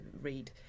read